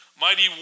Mighty